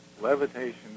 levitation